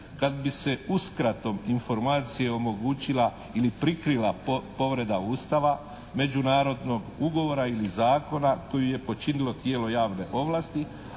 Kad bi se uskratom informacije omogućila ili prikrila povreda Ustava, međunarodnog ugovora ili zakona koje je počinilo tijelo javne ovlasti